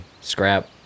scrap